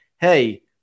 Hey